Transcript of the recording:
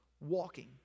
walking